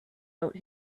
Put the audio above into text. out